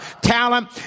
talent